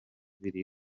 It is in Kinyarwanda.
biri